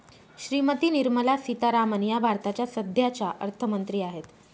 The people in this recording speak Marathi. श्रीमती निर्मला सीतारामन या भारताच्या सध्याच्या अर्थमंत्री आहेत